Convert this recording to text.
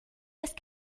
ist